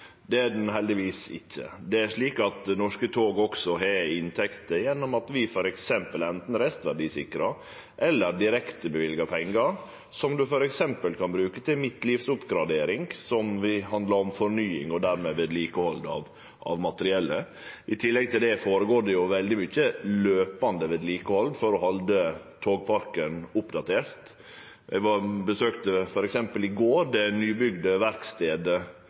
Det er ho heldigvis ikkje. Det er slik at Norske tog også har inntekter gjennom at vi f.eks. anten restverdisikrar eller direkteløyver pengar som ein f.eks. kan bruke til midtlivsoppgradering, som handlar om fornying og dermed vedlikehald av materiellet. I tillegg til det føregår det veldig mykje løpande vedlikehald for å halde togparken oppdatert. Eg besøkte f.eks. i går den nybygde